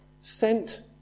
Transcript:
sent